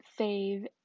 fave